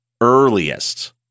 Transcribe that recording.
earliest